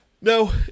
no